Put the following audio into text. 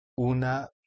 una